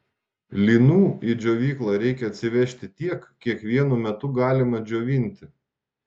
linų į džiovyklą reikia atsivežti tiek kiek vienu metu galima džiovinti